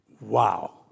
Wow